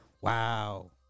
Wow